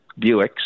Buicks